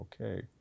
okay